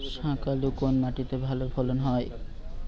শাকালু কোন মাটিতে ভালো ফলন হয়?